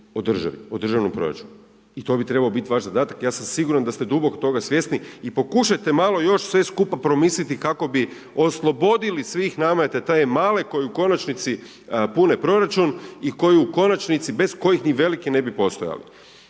o državi, o državnom proračunu. I to bi trebao biti vaš zadatak. Ja sam siguran da ste duboko toga svjesni i pokušajte malo još sve skupa promisliti kako bi oslobodili svih nameta te male koji u konačnici pune proračun i koji u konačnici, bez kojih ni veliki ne bi postojali.